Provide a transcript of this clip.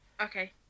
Okay